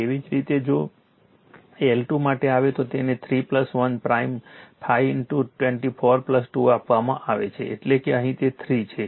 તેવી જ રીતે જો L2 માટે આવે તો તેને 3 1 પ્રાઇમ 5 2 4 2 આપવામાં આવે છે એટલે કે અહીં તે 3 છે